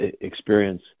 experience